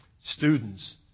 students